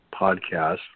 podcast